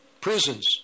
prisons